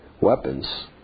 weapons